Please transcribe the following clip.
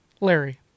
Larry